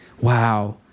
wow